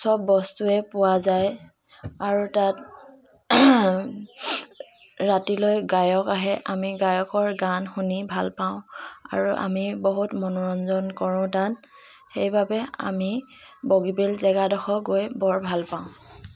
চব বস্তুৱে পোৱা যায় আৰু তাত ৰাতিলৈ গায়ক আহে আমি গায়কৰ গান শুনি ভাল পাওঁ আৰু আমি বহুত মনোৰঞ্জন কৰোঁ তাত সেইবাবে আমি বগীবিল জেগাডোখৰ গৈ বৰ ভাল পাওঁ